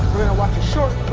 watch a short